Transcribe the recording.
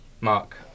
Mark